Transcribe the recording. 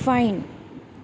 fine